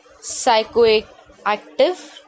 psychoactive